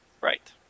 Right